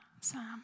Sam